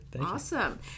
Awesome